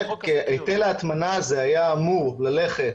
היטל ההטמנה הזה היה אמור ללכת,